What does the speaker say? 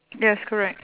yes correct